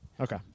Okay